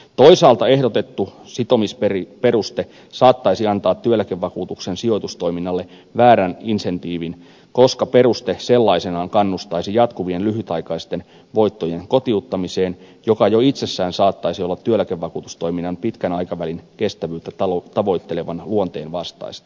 toisaalta ehdotettu sitomisperuste saattaisi antaa työeläkevakuutuksen sijoitustoiminnalle väärän insentiivin koska peruste sellaisenaan kannustaisi jatkuvien lyhytaikaisten voittojen kotiuttamiseen mikä jo itsessään saattaisi olla työeläkevakuutustoiminnan pitkän aikavälin kestävyyttä tavoittelevan luonteen vastaista